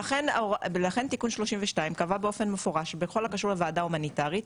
ולכן תיקון 32 קבע באופן מפורש בכל הקשור לוועדה הומניטרית,